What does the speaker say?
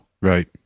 Right